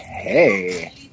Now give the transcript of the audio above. Hey